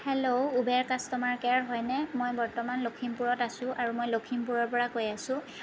hello Uber customer care হয় নে মই বৰ্তমান লখিমপুৰত আছো আৰু মই লখিমপুৰৰ পৰা কৈ আছো